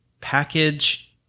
package